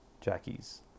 Jackie's